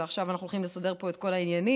ועכשיו אנחנו הולכים לסדר פה את כל העניינים,